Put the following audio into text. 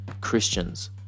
Christians